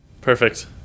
Perfect